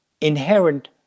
inherent